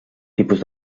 tipus